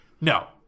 No